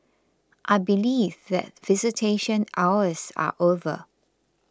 I believe that visitation hours are over